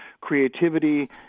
creativity